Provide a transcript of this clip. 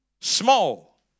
small